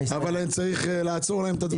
אבל אני צריך לעצור להם את הדברים.